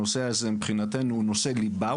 הנושא הזה הוא נושא ליבה.